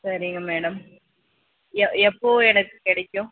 சரிங்க மேடம் எ எப்போ எனக்கு கிடைக்கும்